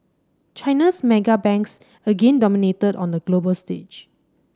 China's mega banks again dominated on the global stage